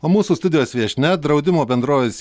o mūsų studijos viešnia draudimo bendrovės